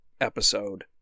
episode